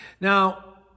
Now